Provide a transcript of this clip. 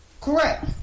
correct